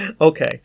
Okay